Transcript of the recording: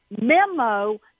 memo